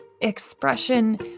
expression